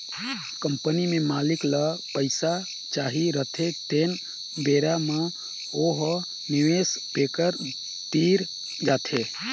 company में मालिक ल पइसा चाही रहथें तेन बेरा म ओ ह निवेस बेंकर तीर जाथे